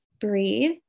breathe